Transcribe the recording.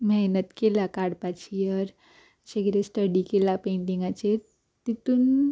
मेहनत केला काडपाची अर अशें कितें स्टडी केला पेंटींगाचेर तितून